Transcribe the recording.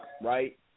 right